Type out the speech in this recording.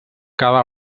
cada